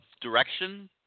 direction